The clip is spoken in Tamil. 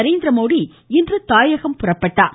நரேந்திரமோடி இன்று தாயகம் புறப்பட்டார்